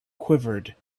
quivered